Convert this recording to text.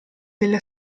delle